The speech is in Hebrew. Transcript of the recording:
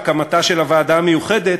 הקמתה של הוועדה המיוחדת,